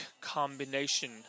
combination